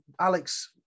Alex